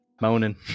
moaning